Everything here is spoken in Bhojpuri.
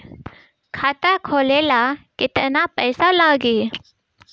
खाता खोले ला केतना पइसा लागी?